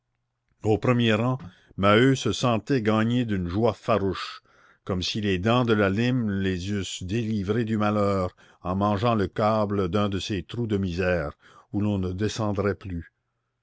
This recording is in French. au premier rang maheu se sentait gagner d'une joie farouche comme si les dents de la lime les eussent délivrés du malheur en mangeant le câble d'un de ces trous de misère où l'on ne descendrait plus